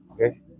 Okay